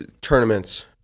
tournaments